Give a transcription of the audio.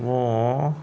ମୁଁ